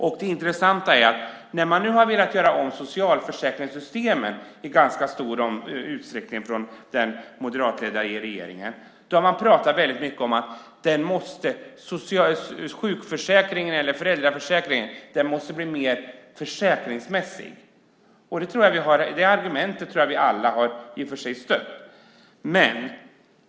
Det är intressant: När den moderatledda regeringen har velat göra om socialförsäkringssystemen i ganska stor utsträckning har man pratat mycket om att föräldraförsäkringen måste bli mer försäkringsmässig. Det tror jag att också vi alla har stött.